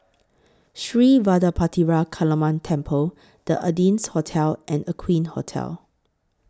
Sri Vadapathira Kaliamman Temple The Ardennes Hotel and Aqueen Hotel